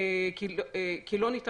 לא עשינו